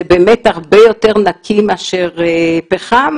זה באמת הרבה יותר נקי מאשר פחם?